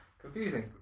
Confusing